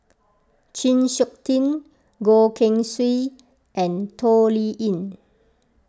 Chng Seok Tin Goh Keng Swee and Toh Liying